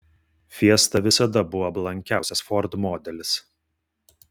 fiesta visada buvo blankiausias ford modelis